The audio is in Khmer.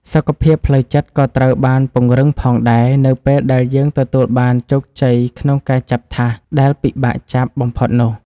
សុខភាពផ្លូវចិត្តក៏ត្រូវបានពង្រឹងផងដែរនៅពេលដែលយើងទទួលបានជោគជ័យក្នុងការចាប់ថាសដែលពិបាកចាប់បំផុតនោះ។